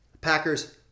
Packers